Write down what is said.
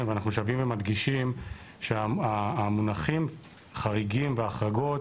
ואנחנו שבים ומדגישים שהמונחים חריגים והחרגות